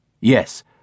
Yes